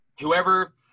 whoever